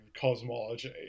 cosmology